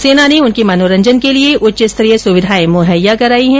सेना ने उनके मनोरंजन के लिये लिये उच्च स्तरीय सुविधाएं मुहैया कराई हैं